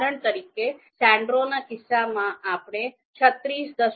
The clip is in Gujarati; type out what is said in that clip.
ઉદાહરણ તરીકે સાન્ડેરોના કિસ્સામાં આપણે ૩૬